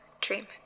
dream